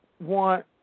want